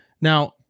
Now